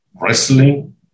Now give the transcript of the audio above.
wrestling